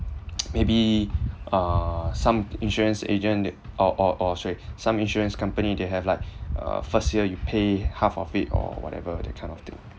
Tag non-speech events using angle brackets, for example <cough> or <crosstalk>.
<noise> maybe uh some insurance agent they oh oh oh sorry some insurance company they have like uh first year you pay half of it or whatever that kind of thing